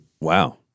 Wow